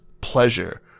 pleasure